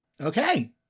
Okay